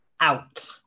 out